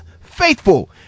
faithful